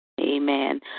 Amen